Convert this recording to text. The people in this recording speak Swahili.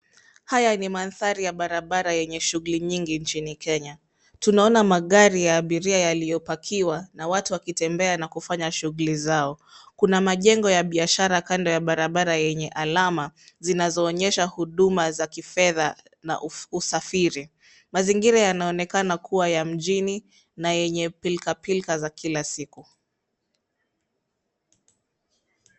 Haya ni mandhari ya barabara yenye shughuli nyingi nchini Kenya. Tunaona magari ya abiria yaliyopakiwa na watu wakitembea na kufanya shughuli zao. Kuna majengo ya biashara kando ya barabara yenye alama zinazoonyesha huduma za kifedha na usafiri. Mazingira yanaonekana kuwa ya mjini na yenye pilikapilika za kila siku.